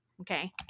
Okay